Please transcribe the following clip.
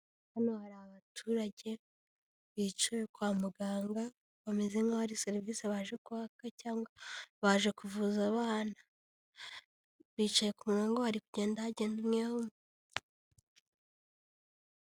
Hano hari abaturage bicaye kwa muganga bameze nkaho hari serivisi baje kwaka cyangwa baje kuvuza abana bicaye kumurongo hari kugenda hagenda umwe umwe.